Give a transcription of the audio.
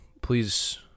please